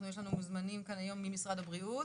יש לנו מוזמנים כאן היום ממשרד הבריאות,